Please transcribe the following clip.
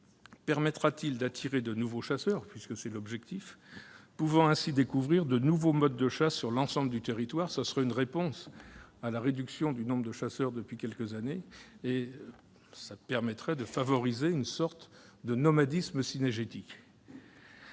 permettra-t-il d'attirer de nouveaux chasseurs- c'est son objectif -, qui pourront ainsi découvrir de nouveaux modes de chasse sur l'ensemble du territoire ?